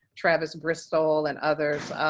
travis bristol and others.